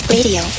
Radio